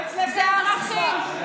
זה ערכים,